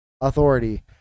authority